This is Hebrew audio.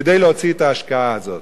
כדי להוציא את ההשקעה הזאת.